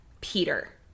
Peter